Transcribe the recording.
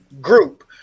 group